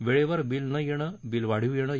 वेळेवर बिल न येण बिल वाढीव येणं